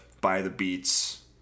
by-the-beats